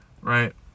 Right